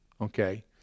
Okay